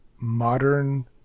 modern